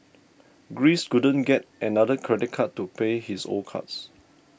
Greece couldn't get another credit card to pay his old cards